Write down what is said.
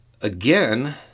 Again